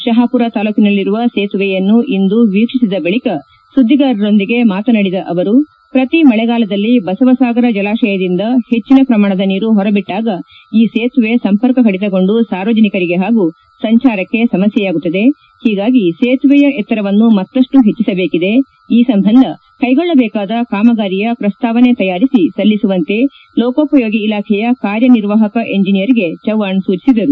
ಶಹಾಪುರ ತಾಲೂಕನಲ್ಲಿರುವ ಸೇತುವೆಯನ್ನು ಇಂದು ವೀಕ್ಷಿಸಿದ ಬಳಿಕ ಸುದ್ದಿಗಾರರೊಂದಿಗೆ ಮಾತನಾಡಿದ ಅವರು ಪ್ರತಿ ಮಳೆಗಾಲದಲ್ಲಿ ಬಸವಸಾಗರ ಜಲಾಶಯದಿಂದ ಹೆಚ್ಚು ಶ್ರಮಾಣದ ನೀರು ಹೊರ ಬಿಟ್ಲಾಗ ಈ ಸೇತುವೆ ಸಂಪರ್ಕ ಕಡಿತಕೊಂಡು ಸಾರ್ವಜನಿಕರಿಗೆ ಹಾಗೂ ಸಂಚಾರಕ್ಷೆ ಸಮಸ್ಥೆಯಾಗುತ್ತದೆ ಹೀಗಾಗಿ ಸೇತುವೆಯ ಎತ್ತರವನ್ನು ಮತ್ತಷ್ಟು ಹೆಚ್ಚಿಸಬೇಕಿದೆ ಈ ಸಂಬಂಧ ಕ್ಟಿಗೊಳ್ಳಬೇಕಾದ ಕಾಮಗಾರಿಯ ಪ್ರಸ್ತಾವನೆ ತಯಾರಿಸಿ ಸಲ್ಲಿಸುವಂತೆ ಲೋಕೋಪಯೋಗಿ ಇಲಾಖೆಯ ಕಾರ್ಯನಿರ್ವಾಹಕ ಎಂಜಿನಿಯರ್ ಚವ್ವಾಣ್ ಅವರಿಗೆ ಸೂಚಿಸಿದರು